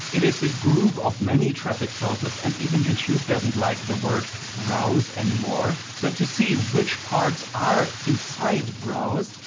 it is a group of many traffic sources and even youtube doesn't like the word browse anymore. so to see which parts are inside browse,